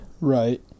Right